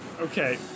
Okay